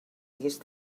these